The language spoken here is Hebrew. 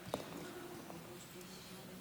לפני שבועיים בדיון 40 החתימות אמרתי שמאות